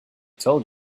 told